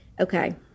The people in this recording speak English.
okay